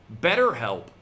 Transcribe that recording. BetterHelp